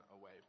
away